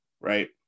right